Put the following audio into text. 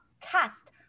cast